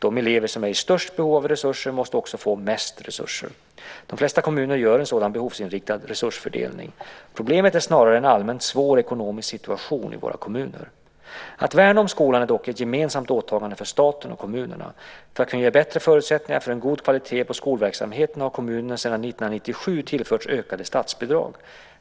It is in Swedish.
De elever som är i störst behov av resurser måste också få mest resurser. De flesta kommuner gör en sådan behovsinriktad resursfördelning. Problemet är snarare en allmänt svår ekonomisk situation i våra kommuner. Att värna om skolan är dock ett gemensamt åtagande för staten och kommunerna. För att kunna ge bättre förutsättningar för en god kvalitet på skolverksamheten har kommunerna sedan 1997 tillförts ökade statsbidrag.